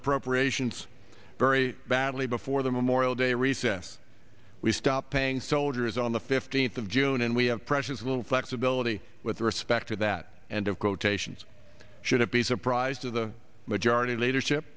appropriations very badly before the memorial day recess we stopped paying soldiers on the fifteenth of june and we have precious little flexibility with respect to that end of quotations should it be surprised of the majority leadership